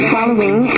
Following